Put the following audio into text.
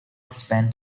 spent